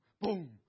boom